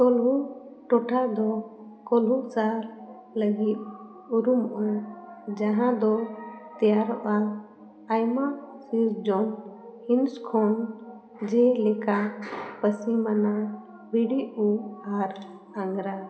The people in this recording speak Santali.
ᱠᱳᱞᱦᱩ ᱴᱚᱴᱷᱟ ᱫᱚ ᱠᱚᱞᱦᱩ ᱥᱟᱦᱟᱨ ᱞᱟᱹᱜᱤᱫ ᱩᱨᱩᱢᱚᱜᱼᱟ ᱡᱟᱦᱟᱸ ᱫᱚ ᱛᱮᱭᱟᱨᱚᱜᱼᱟ ᱟᱭᱢᱟ ᱥᱤᱨᱡᱚᱱ ᱦᱤᱱᱥ ᱠᱷᱚᱱ ᱡᱮᱞᱮᱠᱟ ᱯᱟᱹᱥᱤ ᱢᱟᱱᱟ ᱵᱷᱤᱰᱤ ᱩᱵ ᱟᱨ ᱟᱝᱜᱨᱟ